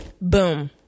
Boom